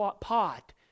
pot